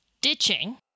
ditching